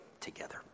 together